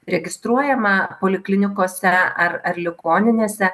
registruojama poliklinikose ar ar ligoninėse